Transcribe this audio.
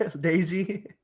Daisy